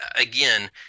again